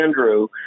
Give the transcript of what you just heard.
Andrew